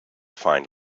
find